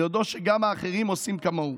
ביודעו שגם האחרים עושים כמוהו.